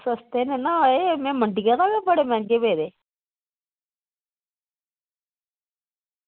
सस्ते नना एह् एह् मंडी दा गै बड़े मैहंगे पेदे